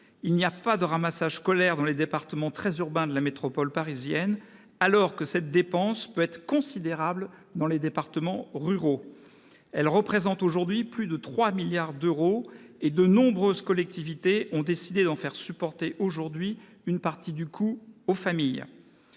il n'y a pas de ramassage scolaire dans les départements très urbains de la métropole parisienne, alors que cette dépense peut être considérable dans les départements ruraux. Elle représente aujourd'hui plus 3 milliards d'euros, et de nombreuses collectivités territoriales ont décidé d'en faire supporter une partie du coût aux familles.